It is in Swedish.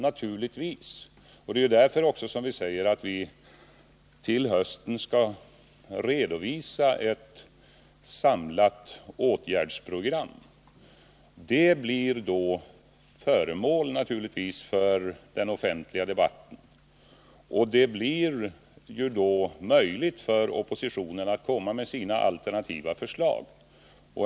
Det är också därför som vi säger att vi till hösten skall redovisa ett samlat åtgärdsprogram. Det blir då naturligtvis föremål för offentlig debatt, och det blir möjligt för oppositionen att komma med sina alternativa förslag.